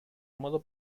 modo